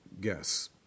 guess